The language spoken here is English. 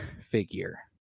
figure